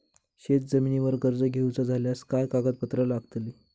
शेत जमिनीवर कर्ज घेऊचा झाल्यास काय कागदपत्र लागतली?